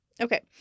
Okay